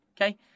Okay